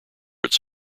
its